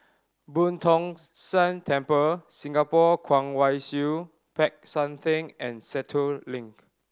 Boo Tong San Temple Singapore Kwong Wai Siew Peck San Theng and Sentul Link